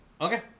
okay